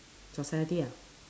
society ah